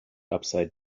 upside